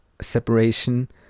separation